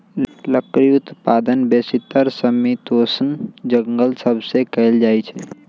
लकड़ी उत्पादन बेसीतर समशीतोष्ण जङगल सभ से कएल जाइ छइ